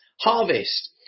harvest